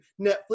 netflix